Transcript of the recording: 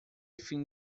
fim